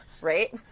Right